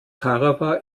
tarawa